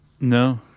No